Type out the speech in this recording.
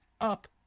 up